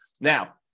now